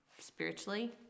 spiritually